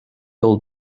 old